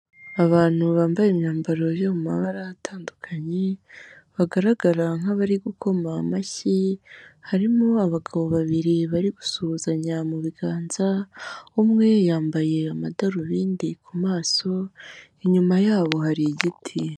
Abantu bambaye imyambaro yo mu mabara atandukanye, bagaragara nk'abari gukoma amashyi, harimo abagabo babiri bari gusuhuzanya mu biganza, umwe yambaye amadarubindi ku maso, inyuma yabo hari igiti.